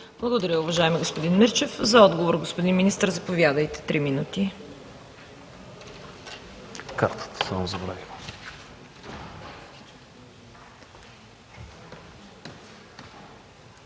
Благодаря, уважаеми господин Мирчев. За отговор, господин Министър, заповядайте.